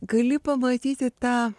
gali pamatyti tą